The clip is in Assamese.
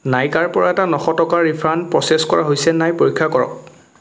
নাইকাৰ পৰা এটা নশ টকাৰ ৰিফাণ্ড প্ৰ'চেছ কৰা হৈছে নাই পৰীক্ষা কৰক